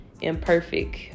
imperfect